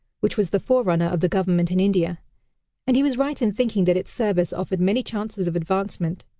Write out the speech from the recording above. which was the forerunner of the government in india and he was right in thinking that its service offered many chances of advancement.